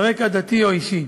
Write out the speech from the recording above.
על רקע דתי או אישי.